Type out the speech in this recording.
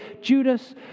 Judas